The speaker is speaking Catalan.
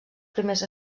primers